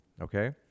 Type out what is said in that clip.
okay